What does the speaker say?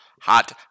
hot